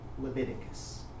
Leviticus